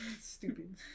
Stupid